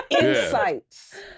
insights